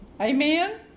Amen